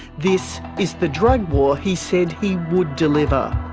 this is the drug war he said he would deliver.